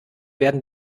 werden